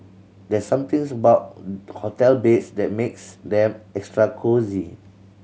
there's somethings about hotel beds that makes them extra cosy